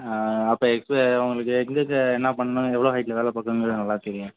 அப்போ இப்போ உங்களுக்கு இந்த இது என்ன பண்ணணும் எவ்வளோ ஹைட்டில் வேலை பார்க்கணுங்கறது நல்லா தெரியும்